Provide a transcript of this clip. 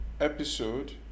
episode